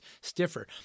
stiffer